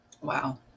Wow